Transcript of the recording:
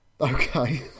Okay